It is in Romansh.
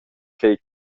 ch’ei